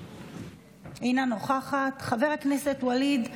אינה נוכחת, חבר הכנסת ואליד אלהואשלה,